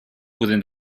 within